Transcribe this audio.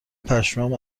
پشمام